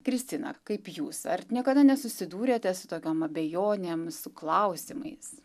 kristina kaip jūs ar niekada nesusidūrėte su tokiom abejonėm su klausimais